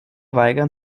weigern